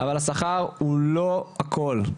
אבל השכר הוא לא הכל.